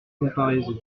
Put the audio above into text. comparaison